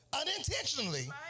unintentionally